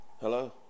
Hello